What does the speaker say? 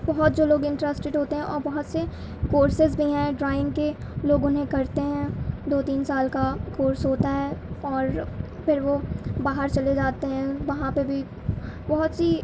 بہت جو لوگ انٹرسٹیڈ ہوتے ہیں اور بہت سے کورسسیز بھی ہیں ڈرائنگ کے لوگ انہیں کرتے ہیں دو تین سال کا کورس ہوتا ہے اور پھر وہ باہر چلے جاتے ہیں وہاں پہ بھی بہت سی